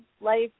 life